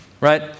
Right